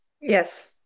Yes